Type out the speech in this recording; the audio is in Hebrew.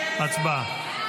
הצבעה.